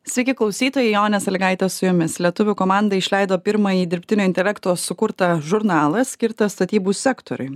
sveiki klausytojai jonė salygaitė su jumis lietuvių komanda išleido pirmąjį dirbtinio intelekto sukurtą žurnalą skirtą statybų sektoriui